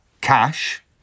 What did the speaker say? cash